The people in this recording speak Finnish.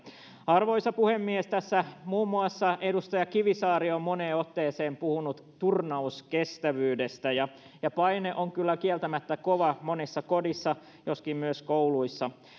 arvoisa puhemies tässä muun muassa edustaja kivisaari on moneen otteeseen puhunut turnauskestävyydestä ja ja paine on kyllä kieltämättä kova monessa kodissa joskin myös kouluissa